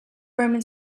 roman